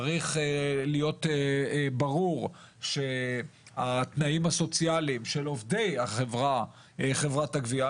צריך להיות ברור שהתנאים הסוציאליים של עובדי חברת הגבייה עובדים.